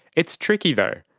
it's tricky, though.